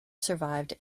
survived